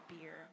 beer